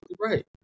right